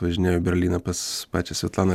važinėjau į berlyną pas pačią svetlaną